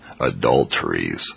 adulteries